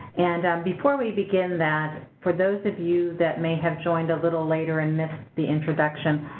and um before we begin that, for those of you that may have joined a little later and missed the introduction,